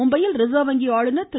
மும்பையில் ரிசர்வ் வங்கி ஆளுநர் திரு